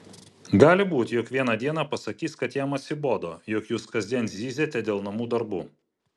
gali būti jog vieną dieną pasakys kad jam atsibodo jog jūs kasdien zyziate dėl namų darbų